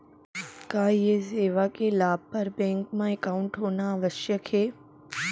का ये सेवा के लाभ बर बैंक मा एकाउंट होना आवश्यक हे